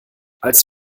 als